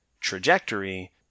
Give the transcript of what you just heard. trajectory